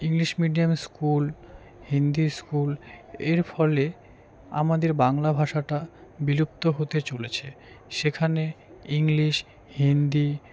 English medium school Hindi school এর ফলে আমাদের বাংলা ভাষাটা বিলুপ্ত হতে চলেছে সেখানে ইংলিশ হিন্দি